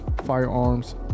firearms